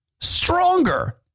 stronger